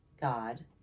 God